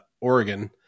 Oregon